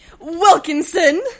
Wilkinson